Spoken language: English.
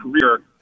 career